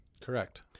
correct